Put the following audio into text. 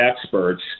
experts